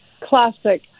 classic